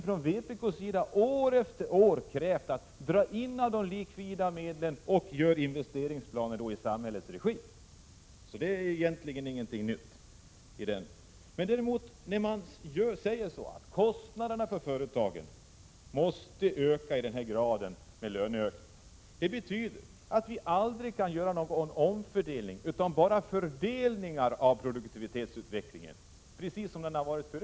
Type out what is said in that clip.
Från vpk:s sida har vi år efter år krävt: Dra in av de likvida medlen och gör investeringsplaner i samhällets regi. Så det är egentligen ingenting nytt. När man säger att kostnaderna för företagen måste öka i samma grad som löneökningarna, betyder det att vi aldrig kan göra någon omfördelning utan bara fördelningar av produktivitetsutvecklingen, precis som det har varit förut.